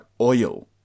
oil